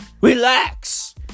relax